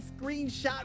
screenshot